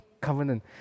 covenant